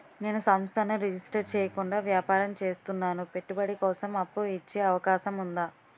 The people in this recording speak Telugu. నేను సంస్థను రిజిస్టర్ చేయకుండా వ్యాపారం చేస్తున్నాను పెట్టుబడి కోసం అప్పు ఇచ్చే అవకాశం ఉందా?